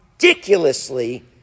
Ridiculously